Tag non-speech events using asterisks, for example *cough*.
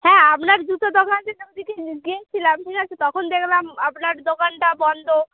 হ্যাঁ আপনার জুতো দোকানে *unintelligible* গিয়েছিলাম ঠিক আছে তখন দেখলাম আপনার দোকানটা বন্ধ